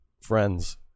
friends